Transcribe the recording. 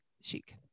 chic